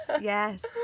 yes